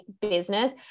business